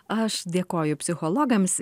aš dėkoju psichologams